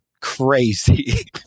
crazy